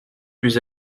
plus